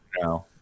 No